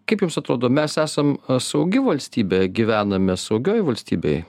kaip jums atrodo mes esam saugi valstybė gyvename saugioj valstybėj